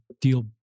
deal